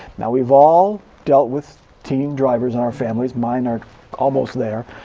we have all dealt with teen drivers in our families. mine are almost there.